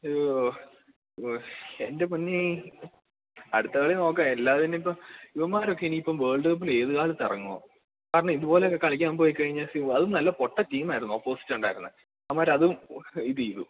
ഓഹ്ഹ് ഓഹ് എൻ്റെ പൊന്നേ അടുത്തകളി നോക്കാം അല്ലാതെ ഇനിയിപ്പോള് ഇവന്മാരൊക്കെ ഇനിയിപ്പം വേൾഡ് കപ്പിന് ഏതുകാലത്തിറങ്ങുമോ കാരണം ഇതുപോലെയൊക്കെ കളിക്കാന് പോയിക്കഴിഞ്ഞാല് ഹിയ്യോ അതും നല്ല പൊട്ട ടീമായിരുന്നു ഓപ്പോസിറ്റുണ്ടായിരുന്നത് അവന്മാര് അതും ഓഹ് ഇത് ചെയ്തു